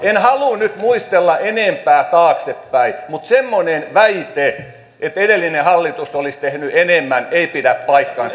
en halua nyt muistella enempää taaksepäin mutta semmoinen väite että edellinen hallitus olisi tehnyt enemmän ei pidä paikkaansa